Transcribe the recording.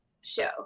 show